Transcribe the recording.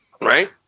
Right